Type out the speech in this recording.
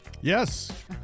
Yes